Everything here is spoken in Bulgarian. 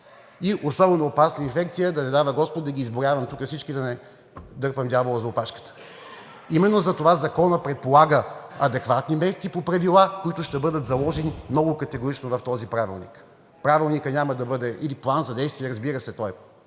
и особено опасна инфекция, да не дава господ да ги изброявам тук всички, да дърпам дявола за опашката. Именно затова Законът предполага адекватни мерки по правила, които ще бъдат заложени много категорично в този правилник. Правилникът няма да бъде, или план за действие, разбира се, той